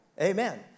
Amen